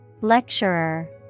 Lecturer